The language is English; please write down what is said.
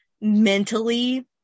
mentally